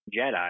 Jedi